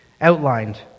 outlined